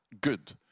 Good